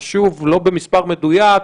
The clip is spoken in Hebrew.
ושוב, לא במס' מדויק,